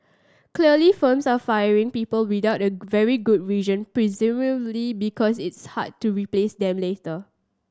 clearly firms aren't firing people without the very good reason presumably because it's hard to replace them later